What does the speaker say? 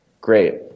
great